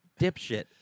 dipshit